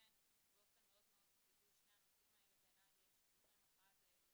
ולכן באופן מאוד טבעי שני הנושאים האלה בעיניי שזורים אחד בשני.